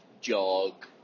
jog